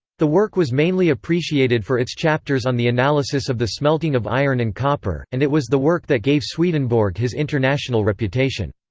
the work was mainly appreciated for its chapters on the analysis of the smelting of iron and copper, and it was the work that gave swedenborg his international reputation.